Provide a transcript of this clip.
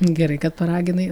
gerai kad paraginai